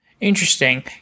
Interesting